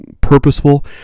purposeful